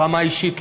ברמה האישית,